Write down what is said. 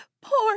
poor